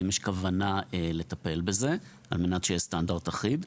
האם יש כוונה לטפל בזה על מנת שיהיה סטנדרט אחיד?